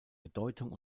bedeutung